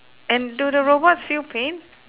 and do the robots feel pain